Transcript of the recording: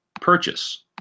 purchase